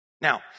Now